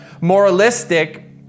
moralistic